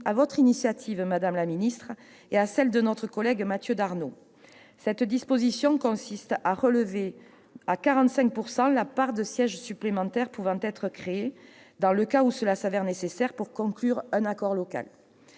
votre initiative, madame la ministre, et celle de notre collègue Mathieu Darnaud. Cette disposition consiste à relever à 45 % la part de sièges supplémentaires pouvant être créés, dans le cas où cela s'avère nécessaire pour conclure un accord local.